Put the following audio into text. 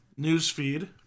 Newsfeed